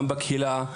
גם בקהילה.